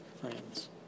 friends